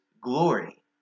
glory